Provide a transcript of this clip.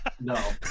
no